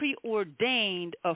preordained